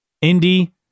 Indy